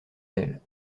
elle